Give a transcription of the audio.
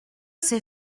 c’est